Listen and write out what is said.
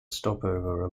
stopover